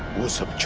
listen